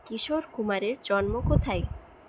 কিশোর কুমারের জন্ম কোথায়